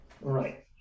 Right